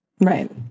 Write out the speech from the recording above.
Right